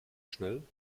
schnell